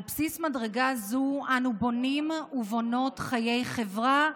על בסיס מדרגה זו אנו בונים ובונות חיי חברה,